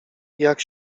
jak